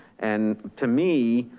and to me,